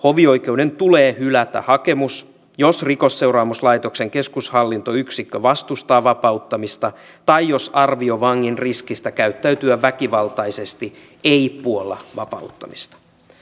hovioikeuden tulee hylätä hakemus jos rikosseuraamuslaitoksen keskushallintoyksikkö vastustaa vapauttamista tai jos arvio vangin riskistä käyttäytyä väkivaltaisesti ei puolla vapauttamista